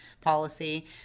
policy